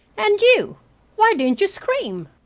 and you why didn't you scream?